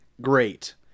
great